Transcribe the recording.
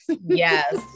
Yes